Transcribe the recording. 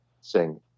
sing